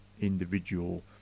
individual